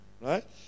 Right